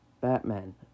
Batman